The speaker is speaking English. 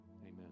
Amen